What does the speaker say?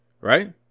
Right